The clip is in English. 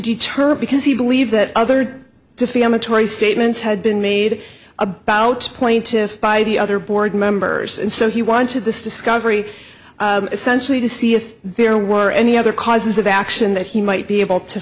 deter because he believes that other defamatory statements had been made about plaintiffs by the other board members and so he wanted this discovery essentially to see if there were any other causes of action that he might be able to